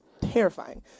terrifying